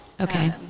Okay